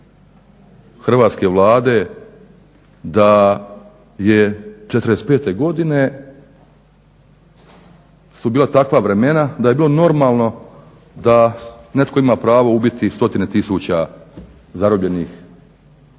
Hrvatske vlade da je '45. godine su bila takva vremena da je bilo normalno da netko ima pravo ubiti stotine tisuća zarobljenih